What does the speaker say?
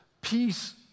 peace